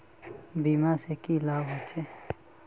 बीमा से की लाभ होचे?